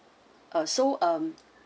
ah so um